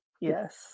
Yes